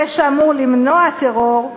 זה שאמור למנוע טרור,